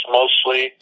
mostly